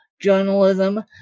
journalism